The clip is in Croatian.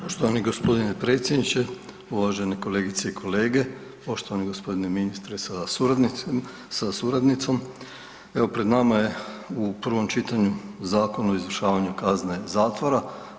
Poštovani gospodine predsjedniče, uvažene kolegice i kolege, poštovani gospodine ministre sa suradnicom, evo pred nama je u prvom čitanju Zakon o izvršavanju kazne zatvora.